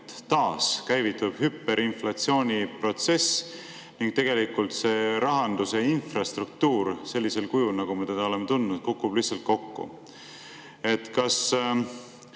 taas on käivitunud hüperinflatsiooniprotsess ning tegelikult see rahanduse infrastruktuur sellisel kujul, nagu me seda oleme tundnud, kukub lihtsalt kokku? Kas